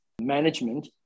management